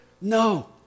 No